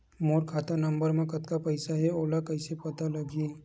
मोर खाता नंबर मा कतका पईसा हे ओला कइसे पता लगी?